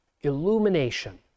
illumination